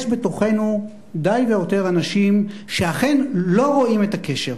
יש בתוכנו די והותר אנשים שאכן לא רואים את הקשר,